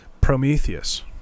prometheus